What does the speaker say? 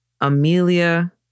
Amelia